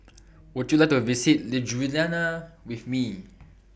Would YOU like to visit Ljubljana with Me